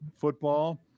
football